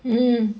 mm